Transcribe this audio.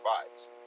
provides